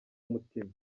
umutima